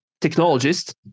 technologists